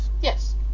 Yes